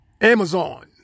Amazon